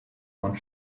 one